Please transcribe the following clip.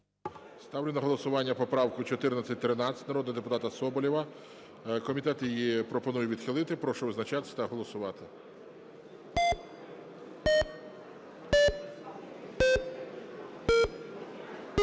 Ставлю на голосування поправку 1413 народного депутата Соболєва. Комітет її пропонує відхилити. Прошу визначатися та голосувати.